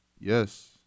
Yes